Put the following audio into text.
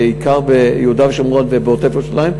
בעיקר ביהודה ושומרון ועוטף-ירושלים,